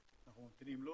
אנחנו ממתינים לו